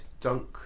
Dunk